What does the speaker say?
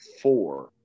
four